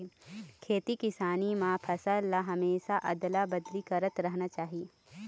खेती किसानी म फसल ल हमेशा अदला बदली करत रहना चाही